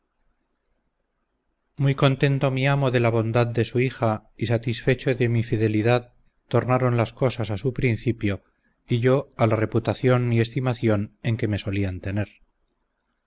muy contento mi amo de la bondad de su hija y satisfecho de mi fidelidad tornaron las cosas a su principio y yo a la reputación y estimación en que me solían tener